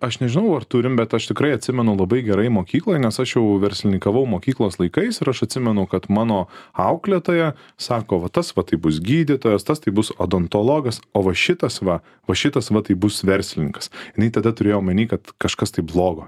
aš nežinau ar turim bet aš tikrai atsimenu labai gerai mokykloj nes aš jau verslininkavau mokyklos laikais ir aš atsimenu kad mano auklėtoja sako va tas vat tai bus gydytojas tas tai bus odontologas o va šitas va va šitas va tai bus verslininkas jinai tada turėjo omeny kad kažkas tai blogo